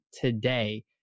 Today